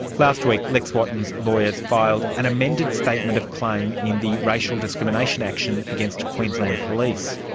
last week lex wotton's lawyers filed an amended statement of claim in the racial discrimination action against queensland police.